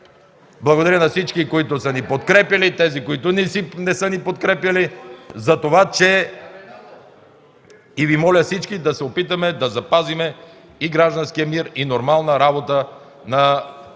Благодаря на всички, които са ни подкрепяли, и тези, които не са ни подкрепяли. И Ви моля всички да се опитаме да запазим гражданския мир и нормалната работа на